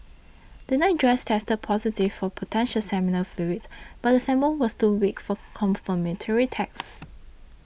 the nightdress tested positive for potential seminal fluids but the sample was too weak for confirmatory tests